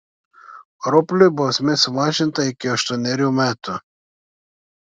rupliui bausmė sumažinta iki aštuonerių metų